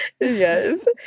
Yes